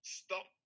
stop